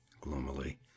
gloomily